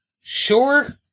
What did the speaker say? sure